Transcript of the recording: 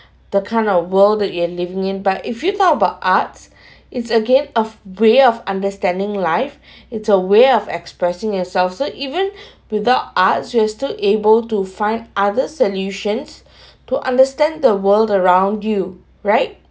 the kind of world that you're living in but if you talk about arts it's again of way of understanding life it's a way of expressing yourself so even without arts were still able to find other solutions to understand the world around you right